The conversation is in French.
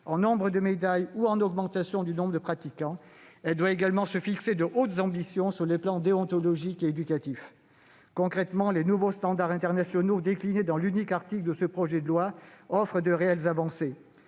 en nombre de médailles ou en augmentation du nombre de pratiquants ; elle doit également se fixer de hautes ambitions sur les plans déontologique et éducatif. Concrètement, les nouveaux standards internationaux déclinés dans l'unique article de ce projet de loi offrent de réelles avancées.